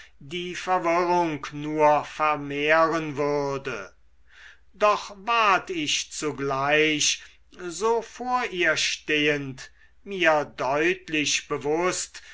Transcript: die verwirrung nur vermehren würde doch ward ich zugleich so vor ihr stehend mir deutlich bewußt